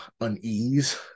unease